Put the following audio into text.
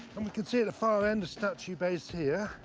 and we can see at the far end the statue base here.